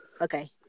Okay